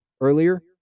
earlier